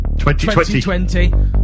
2020